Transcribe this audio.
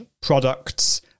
products